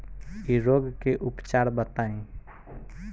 इ रोग के उपचार बताई?